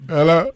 Hello